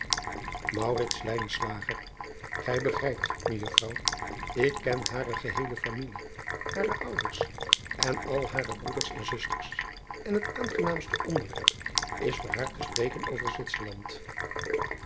ij begrijpt ejuffrouw ik ken hare geheele familie hare ouders en al hare broeders en zusters en het aangenaamste onderwerp is voor haar te spreken over witserland